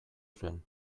zuen